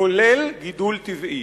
כולל גידול טבעי.